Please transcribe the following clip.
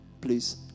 please